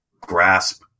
grasp